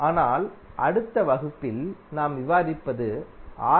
ஆனால் அடுத்த வகுப்பில் நாம் விவாதிப்பது ஆர்